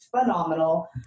phenomenal